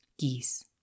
Geese